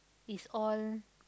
is all